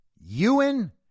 Ewan